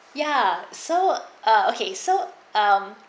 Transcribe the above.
ya so uh okay so um